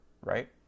right